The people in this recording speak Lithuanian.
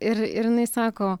ir ir jinai sako